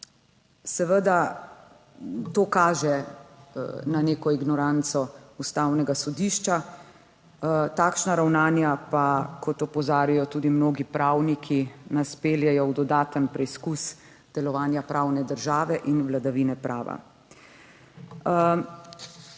seveda to kaže na neko ignoranco Ustavnega sodišča. Takšna ravnanja pa, kot opozarjajo tudi mnogi pravniki, nas peljejo v dodaten preizkus delovanja pravne države in vladavine prava.